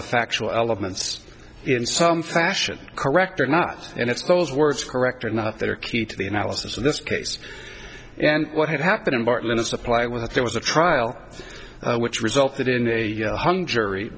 the factual elements in some fashion correct or not and it's those words correct or not that are key to the analysis of this case and what had happened in barton and supply with there was a trial which resulted in a hung jury